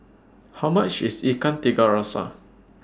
How much IS Ikan Tiga Rasa